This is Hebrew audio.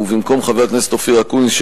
ובמקום חבר הכנסת אופיר אקוניס,